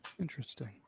Interesting